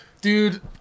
dude